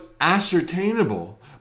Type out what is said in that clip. ascertainable